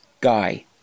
guy